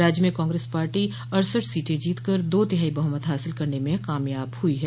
राज्य में कांग्रेस पार्टी अड़सठ सीटें जीत कर दो तिहाई बहुमत हासिल करने में कामयाब हुई है